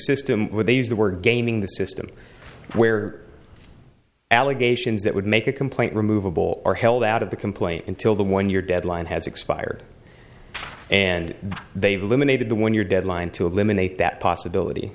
system where they used the word gaming the system where allegations that would make a complaint removable are held out of the complaint until the one year deadline has expired and they've eliminated the when your deadline to eliminate that possibility